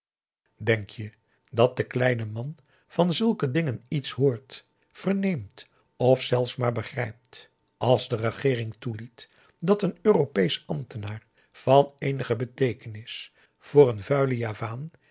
denk je dat de kleine man van zulke dingen iets hoort verneemt of zelfs maar begrijpt als de regeering toeliet dat een europeesch ambtenaar van eenige beteekenis voor een vuilen javaan